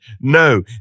No